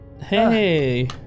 Hey